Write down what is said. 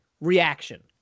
reaction